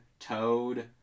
Toad